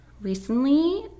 Recently